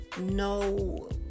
no